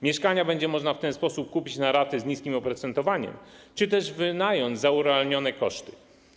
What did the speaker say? Mieszkania będzie można w ten sposób kupić na raty z niskim oprocentowaniem czy też wynająć za urealnione koszty.